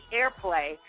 airplay